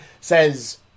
says